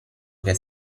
che